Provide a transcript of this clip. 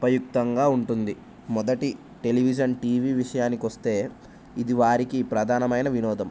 ఉపయక్తంగా ఉంటుంది మొదటి television TV విషయానికి వస్తే ఇది వారికి ప్రధానమైన వినోదం